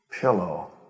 pillow